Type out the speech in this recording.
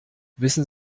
wissen